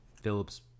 Phillips